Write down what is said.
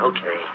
Okay